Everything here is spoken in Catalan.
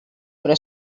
però